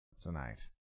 tonight